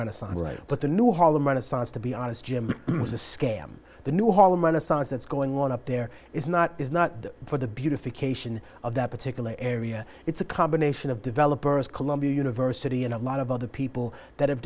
renaissance but the new harlem renaissance to be honest jim is a scam the new harlem renaissance that's going on up there is not is not for the beautification of that particular area it's a combination of developers columbia university and a lot of other people that have